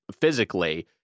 physically